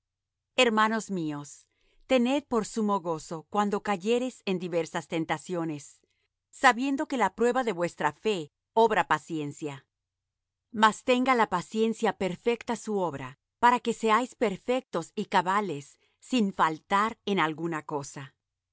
hermanos míos tened por sumo gozo cuando cayereis en diversas tentaciones sabiendo que la prueba de vuestra fe obra paciencia mas tenga la paciencia perfecta su obra para que seáis perfectos y cabales sin faltar en alguna cosa